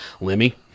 Lemmy